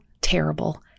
terrible